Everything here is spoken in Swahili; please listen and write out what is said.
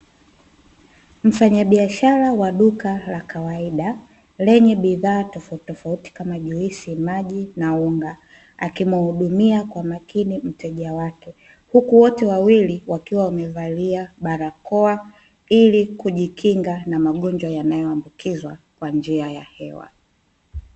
Mfanyabiashara wa duka la kawaida, lenye bidhaa tofauti tofauti kama juisi, maji na unga akimhudumia kwa umakini mteja wake, huku wote wawili wakiwa wamevalia barakoa, ili kujikinga na magonjwa yanayoambukizwa kwa njia ya hewa.